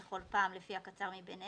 כל פעם לפי הקצר מביניהם,